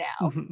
now